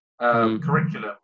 curriculum